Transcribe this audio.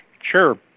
Sure